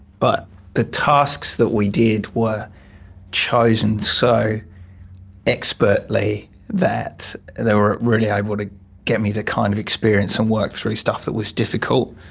but the tasks that we did were chosen so expertly that they were really able to get me to kind of experience and work through stuff that was difficult.